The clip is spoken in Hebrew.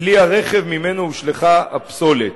כלי הרכב שממנו הושלכה הפסולת.